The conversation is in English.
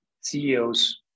ceos